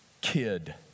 kid